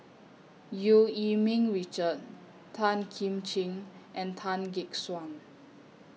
EU Yee Ming Richard Tan Kim Ching and Tan Gek Suan